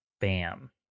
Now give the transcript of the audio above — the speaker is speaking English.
Bam